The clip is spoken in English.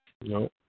No